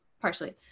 partially